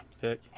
Pick